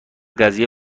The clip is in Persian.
قضیه